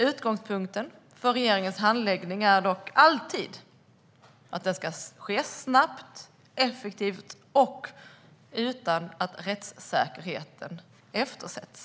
Utgångspunkten för regeringens handläggning är dock alltid att den ska ske snabbt, effektivt och utan att rättssäkerheten eftersätts.